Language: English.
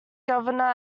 governor